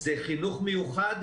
זה חינוך מיוחד,